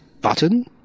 button